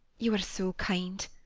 you are so kind!